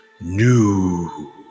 new